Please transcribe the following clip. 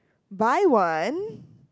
buy one